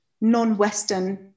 non-Western